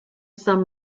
some